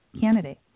candidate